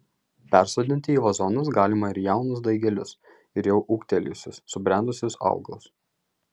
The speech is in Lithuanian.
persodinti į vazonus galima ir jaunus daigelius ir jau ūgtelėjusius subrendusius augalus